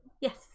yes